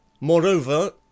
Moreover